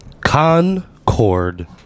Concord